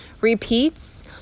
repeats